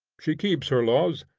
she keeps her laws,